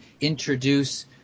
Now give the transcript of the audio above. introduce